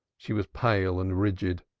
she was pale and rigid,